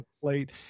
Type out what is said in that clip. plate